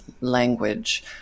language